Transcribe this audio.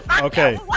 Okay